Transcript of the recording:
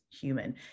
human